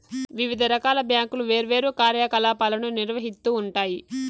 వివిధ రకాల బ్యాంకులు వేర్వేరు కార్యకలాపాలను నిర్వహిత్తూ ఉంటాయి